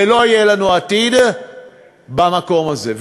ולא יהיה לנו עתיד במקום הזה.